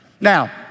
Now